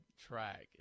track